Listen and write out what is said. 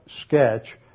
sketch